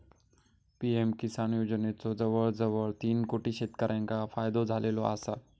PM Kisan योजनेचो जवळजवळ तीन कोटी शेतकऱ्यांका फायदो झालेलो आसा